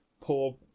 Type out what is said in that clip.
poor